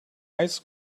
ice